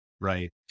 right